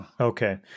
Okay